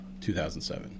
2007